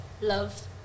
love